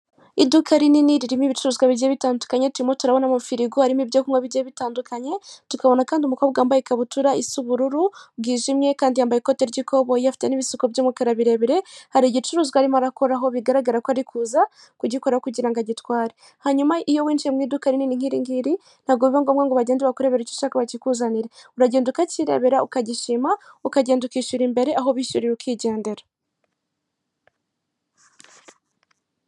Iduka rinini ririmo ibicuruzwa bigiye bitandukanye turimo turabona amafirigo harimo ibyo kunywa bigiye bitandukanye tukabona kandi umukobwa wambaye ikabutura isa ubururu bwijimye kandi yambaye ikote ry'ikoboyi afite n'ibisuko by'umukara birebire, hari igicuruzwa arimo arakora aho bigaragara ko ari kuza kugikora kugira agitware hanyuma iyo winjiye mu iduka rinini nk'iri ngiri ntago biba ngombwa ngo bagende bakurebera icyo ushaka bakikuzanire uragenda ukacyirebera ukagishima ukagenda ukishyura imbere aho bishyurira ukigendera.